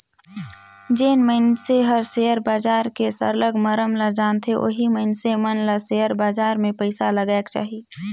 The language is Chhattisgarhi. जेन मइनसे हर सेयर बजार के सरलग मरम ल जानथे ओही मइनसे मन ल सेयर बजार में पइसा लगाएक चाही